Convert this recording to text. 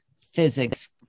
physics